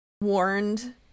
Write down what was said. warned